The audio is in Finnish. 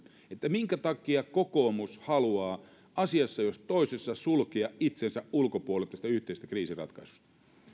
minkä takia kokoomus haluaa asiassa jos toisessa sulkea itsensä ulkopuolelle tästä yhteisestä kriisinratkaisusta